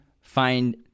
find